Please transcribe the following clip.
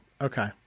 okay